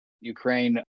Ukraine